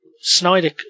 Snyder